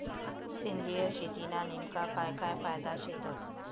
सेंद्रिय शेतीना नेमका काय काय फायदा शेतस?